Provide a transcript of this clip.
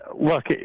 Look